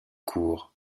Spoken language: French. cours